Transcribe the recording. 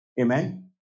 amen